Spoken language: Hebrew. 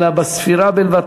אלא בספירה בלבד,